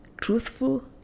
truthful